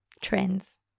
trends